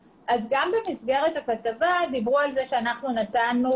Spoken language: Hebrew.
במסגרת הכתבה דיברו על כך שאנחנו נתנו